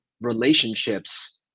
relationships